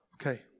okay